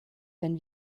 wenn